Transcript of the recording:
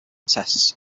tests